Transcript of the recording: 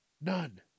None